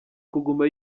kuguma